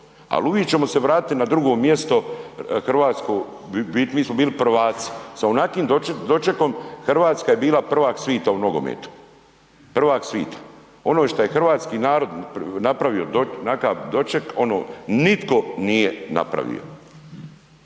al uvik ćemo se vratiti na drugo mjesto hrvatsko, mi smo bili prvaci, sa onakvim dočekom RH je bila prvak svita u nogometu, prvak svita, ono što je hrvatski narod napravio nakav doček ono nitko nije napravio